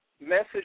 message